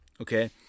Okay